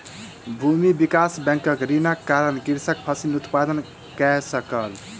भूमि विकास बैंकक ऋणक कारणेँ कृषक फसिल उत्पादन कय सकल